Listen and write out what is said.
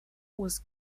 was